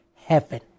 heaven